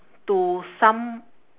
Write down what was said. to some